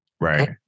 Right